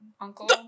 uncle